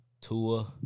Tua